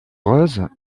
roses